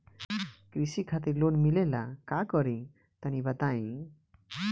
कृषि खातिर लोन मिले ला का करि तनि बताई?